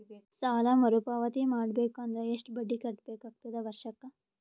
ಸಾಲಾ ಮರು ಪಾವತಿ ಮಾಡಬೇಕು ಅಂದ್ರ ಎಷ್ಟ ಬಡ್ಡಿ ಕಟ್ಟಬೇಕಾಗತದ ವರ್ಷಕ್ಕ?